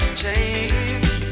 change